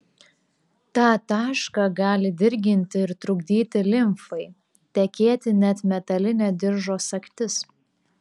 tą tašką gali dirginti ir trukdyti limfai tekėti net metalinė diržo sagtis